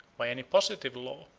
by any positive law,